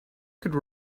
could